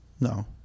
No